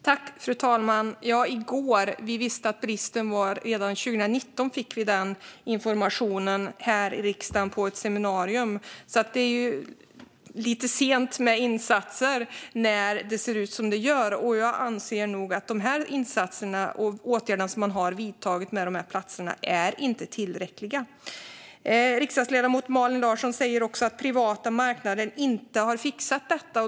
Fru talman! I går, ja - redan 2019 fick vi information om bristen vid ett seminarium här i riksdagen. Insatserna kommer alltså lite sent när det ser ut som det gör. Jag anser nog att dessa insatser och de åtgärder man har vidtagit gällande platserna inte är tillräckliga. Riksdagsledamoten Malin Larsson säger också att den privata marknaden inte har fixat detta.